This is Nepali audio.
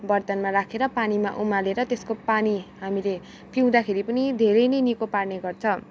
वर्तनमा राखेर पानीमा उमालेर त्यसको पानी हामीले पिउँदाखेरि पनि धेरै नै निको पार्ने गर्छ